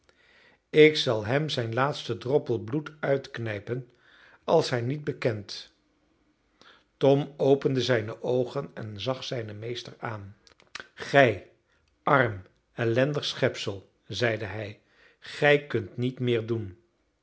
ik zal hem zijn laatsten droppel bloed uitknijpen als hij niet bekent tom opende zijne oogen en zag zijn meester aan gij arm ellendig schepsel zeide hij gij kunt niet meer doen